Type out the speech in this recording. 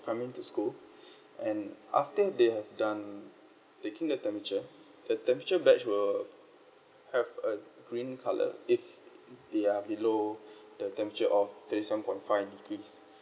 coming to school and after they have done taking their temperature the temperature badge will have a green colour if they are below the temperature of thirty seven point five degrees